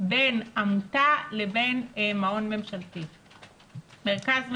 בין עמותה לבין מרכז ממשלתי.